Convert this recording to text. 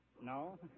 No